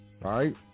right